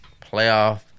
playoff